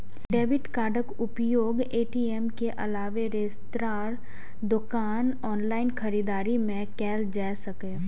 debit कार्डक उपयोग ATM के अलावे रेस्तरां, दोकान, ऑनलाइन खरीदारी मे कैल जा सकैए